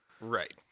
Right